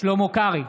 שלמה קרעי,